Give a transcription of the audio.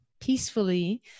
peacefully